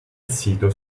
sito